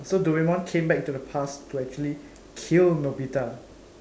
so Doraemon came back to the past to actually kill Nobita